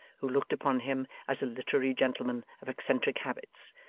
who looked upon him as a literary gentleman of eccentric habits,